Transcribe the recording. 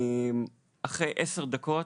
אחרי עשר דקות,